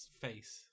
face